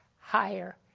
higher